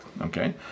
okay